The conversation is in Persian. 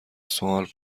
سوال